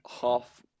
half